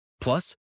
Plus